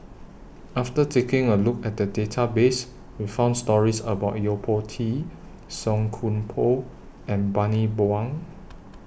after taking A Look At The Database We found stories about Yo Po Tee Song Koon Poh and Bani Buang